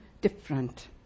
different